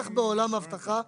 בטח בעולם האבטחה,